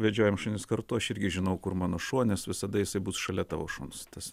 vedžiojam šunis kartu aš irgi žinau kur mano šuo nes visada jisai bus šalia tavo šuns tas